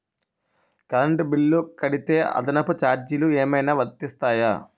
Current bill కడితే అదనపు ఛార్జీలు ఏమైనా వర్తిస్తాయా?